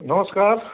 नमस्कार